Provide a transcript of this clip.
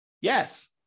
Yes